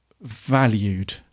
valued